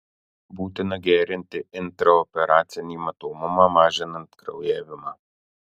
būtina gerinti intraoperacinį matomumą mažinant kraujavimą